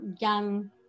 young